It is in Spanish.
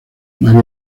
maría